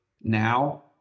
now